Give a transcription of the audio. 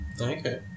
Okay